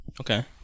Okay